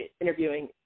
interviewing